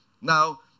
Now